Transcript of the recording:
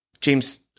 James